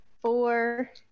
four